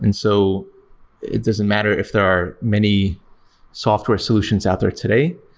and so it doesn't matter if there are many software solutions out there today.